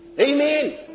Amen